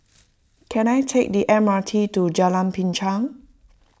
can I take the M R T to Jalan Binchang